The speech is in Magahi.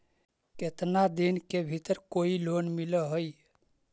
केतना दिन के भीतर कोइ लोन मिल हइ?